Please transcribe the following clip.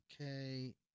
Okay